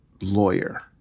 lawyer